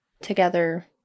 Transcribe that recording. together